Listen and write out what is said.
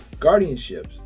guardianships